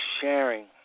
sharing